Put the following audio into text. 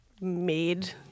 made